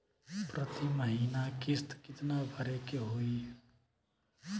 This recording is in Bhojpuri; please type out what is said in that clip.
प्रति महीना किस्त कितना भरे के होई?